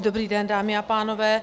Dobrý den, dámy a pánové.